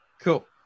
Cool